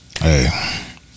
Hey